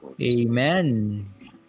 amen